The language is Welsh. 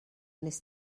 nes